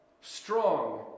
Strong